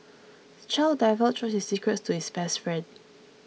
the child divulged all his secrets to his best friend